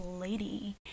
lady